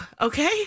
okay